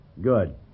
Good